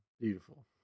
beautiful